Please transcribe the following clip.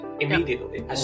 immediately